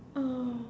oh